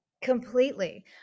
Completely